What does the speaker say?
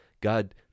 God